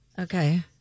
Okay